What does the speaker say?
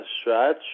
stretch